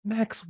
Max